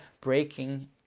breaking